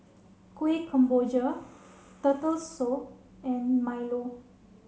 Kueh Kemboja Turtle Soup and Milo